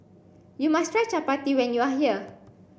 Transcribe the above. you must try Chapati when you are here